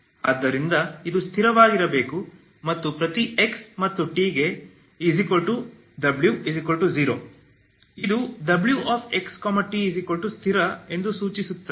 ಆದ್ದರಿಂದ ಇದು ಸ್ಥಿರವಾಗಿರಬೇಕು ಮತ್ತು ಪ್ರತಿ x ಮತ್ತು t ಗೆ w 0 ಇದು w x t ಸ್ಥಿರ ಎಂದು ಸೂಚಿಸುತ್ತದೆ